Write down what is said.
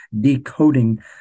decoding